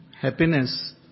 happiness